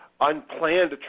unplanned